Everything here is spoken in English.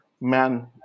man